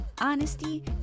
honesty